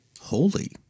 Holy